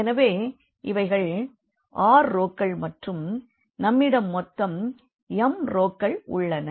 எனவே இவைகள் r ரோக்கள் மற்றும் நம்மிடம் மொத்தம் m ரோக்கள் உள்ளன